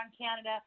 Canada